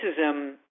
racism